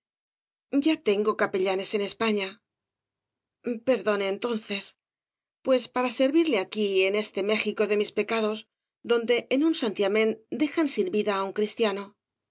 ya tengo capellanes en españa perdone entonces pues para servirle aquí en este méxico de mis pecados donde en un santiamén dejan sin vida á un cristiano